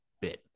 bit